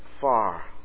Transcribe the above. far